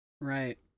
Right